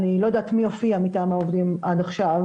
אני לא יודעת מי הופיע מטעם העובדים עד עכשיו,